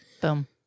Boom